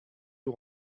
you